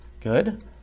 Good